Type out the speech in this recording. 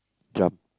jump